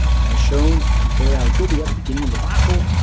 and as shown at bir el gubi at the beginning of the battle,